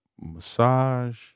massage